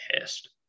pissed